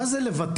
מה זה לבטל?